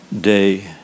day